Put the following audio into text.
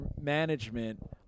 management